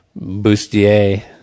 bustier